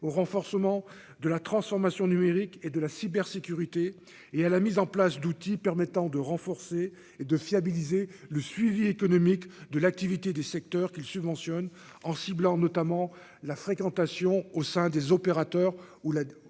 au renforcement de la transformation numérique et de la cybersécurité et à la mise en place d'outils permettant de renforcer et de fiabiliser le suivi économique de l'activité des secteurs qui le subventionne en ciblant notamment la fréquentation au sein des opérateurs ou là où la